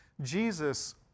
Jesus